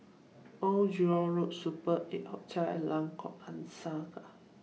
Old Jurong Road Super eight Hotel and Lengkok Angsa